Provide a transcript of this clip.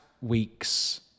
weeks